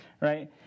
right